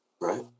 right